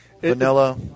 Vanilla